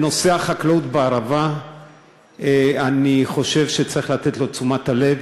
לחקלאות בערבה אני חושב שצריך לתת את תשומת הלב,